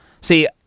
See